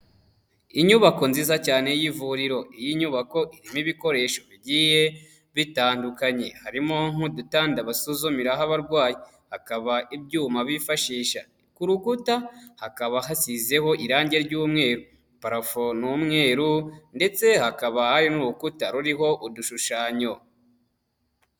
Inyubako nziza cyane y'ivuriro, iyi nyubako irimo ibikoresho bigiye bitandukanye, harimo nk'udutanda basuzumiraho abarwayi, hakaba ibyuma bifashisha, ku rukuta hakaba hasiho irangi ry'umweru, parafo ni umweru ndetse hakaba hari n'urukuta ruriho udushushanyo.